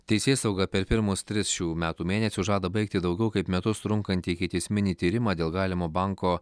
teisėsauga per pirmus tris šių metų mėnesius žada baigti daugiau kaip metus trunkantį ikiteisminį tyrimą dėl galimo banko